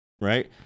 Right